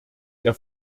der